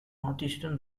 northeastern